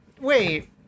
wait